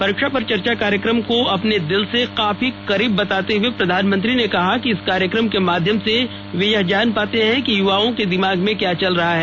परीक्षा पे चर्चा कार्यक्रम को अपने दिल के काफी करीब बताते हुए प्रधानमंत्री ने कहा कि इस कार्यक्रम के माध्यम से वे यह जान पाते हैं कि युवाओं के दिमाग में क्या चल रहा है